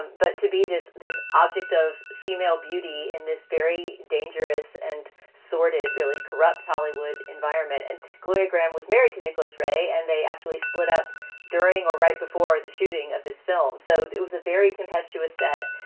and but to be this this object of female beauty in this very dangerous and sordid, really corrupt hollywood environment. and gloria graham was married to nicholas ray and they actually split up during or right before the shooting of this film. so it was a very tempestuous set.